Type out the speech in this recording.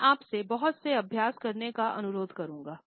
मैं आपसे बहुत से अभ्यास करने का अनुरोध करुंगा